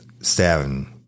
stabbing